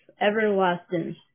everlasting